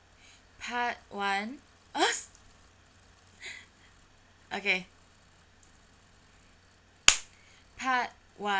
part one us okay part one